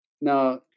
now